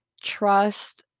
trust